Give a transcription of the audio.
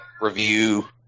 review